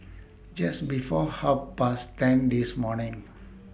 Just before Half Past ten This morning